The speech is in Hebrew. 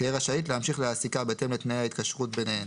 תהיה רשאית להמשיך להעסיקה בהתאם לתנאי ההתקשרות ביניהן.